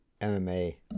MMA